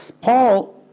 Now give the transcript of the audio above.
Paul